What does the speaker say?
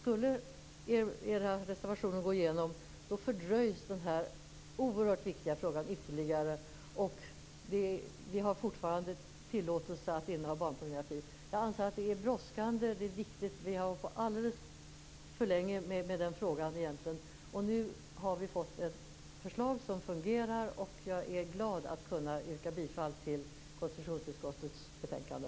Om era reservationer skulle bifallas fördröjs denna oerhört viktiga fråga ytterligare, och det skulle fortfarande vara tillåtet att inneha barnpornografi. Jag anser att detta är brådskande och viktigt. Vi har egentligen hållit på alldeles för länge med denna fråga. Nu har vi fått ett förslag som fungerar, och jag är glad att kunna yrka bifall till hemställan i konstitutionsutskottets betänkande.